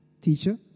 teacher